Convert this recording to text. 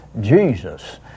Jesus